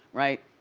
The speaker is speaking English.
right.